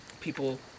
people